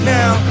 now